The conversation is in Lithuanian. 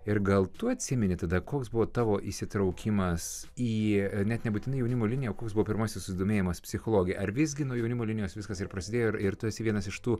ir gal tu atsimeni tada koks buvo tavo įsitraukimas į net nebūtinai jaunimo liniją o koks buvo pirmasis susidomėjimas psichologija ar visgi nuo jaunimo linijos viskas ir prasidėjo ir ir tas vienas iš tų